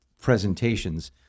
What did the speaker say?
presentations